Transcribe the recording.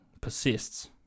persists